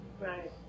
Right